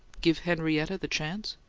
give henrietta the chance?